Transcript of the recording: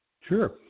Sure